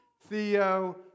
Theo